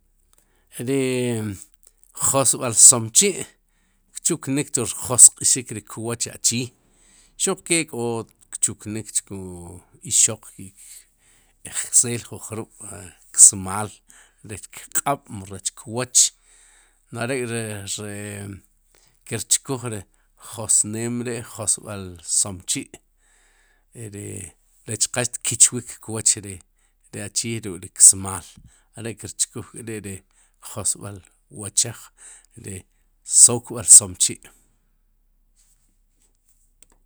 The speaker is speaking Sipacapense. Ri josb'al sonchi' kchuknik chu rjosq'xik ri kwoch achii, xuq ke k'o kchuknik chku ixoq ki'ksjel ju jrub'ksmaal, rech kq'ab'mu rech kwoch, no'j are ri ri kirchkuj ri josneen ri'josb'al somechi'l ri rech qal xtkichwik kwoch ri ri achii ruk'ri ksmaal are'kir chkuj k'ri'ri josb'al wochaj ri sokb'al somechi'l.